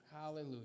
Hallelujah